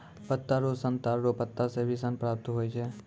पत्ता रो सन ताड़ रो पत्ता से भी सन प्राप्त हुवै छै